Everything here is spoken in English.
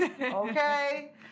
Okay